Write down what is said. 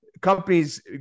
companies